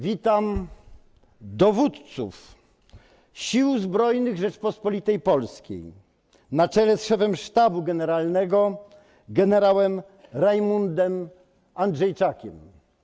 Witam dowódców Sił Zbrojnych Rzeczypospolitej Polskiej z szefem Sztabu Generalnego generałem Rajmundem Andrzejczakiem.